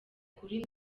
kuri